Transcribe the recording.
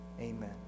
Amen